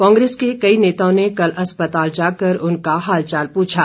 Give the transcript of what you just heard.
कांग्रेस के कई नेताओं ने कल अस्पताल जाकर उनक हालचाल पूछा